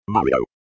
Mario